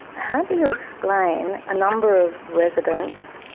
how do you explain a number of residents,